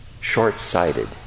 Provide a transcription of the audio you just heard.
short-sighted